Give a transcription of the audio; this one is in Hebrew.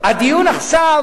הדיון עכשיו